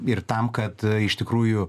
ir tam kad iš tikrųjų